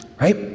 Right